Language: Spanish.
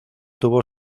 tuvo